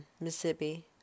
Mississippi